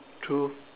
true